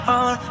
on